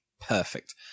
perfect